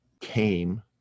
came